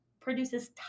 produces